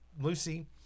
Lucy